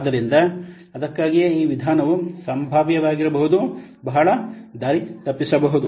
ಆದ್ದರಿಂದ ಅದಕ್ಕಾಗಿಯೇ ಈ ವಿಧಾನವು ಸಂಭಾವ್ಯವಾಗಿರಬಹುದು ಅಥವಾ ಬಹಳ ದಾರಿ ತಪ್ಪಿಸಬಹುದು